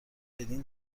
بدین